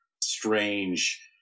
strange